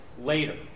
later